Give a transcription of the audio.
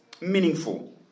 meaningful